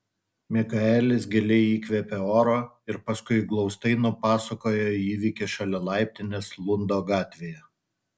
mikaelis giliai įkvėpė oro ir paskui glaustai nupasakojo įvykį šalia laiptinės lundo gatvėje